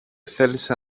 θέλησε